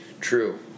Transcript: True